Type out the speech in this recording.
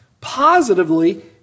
Positively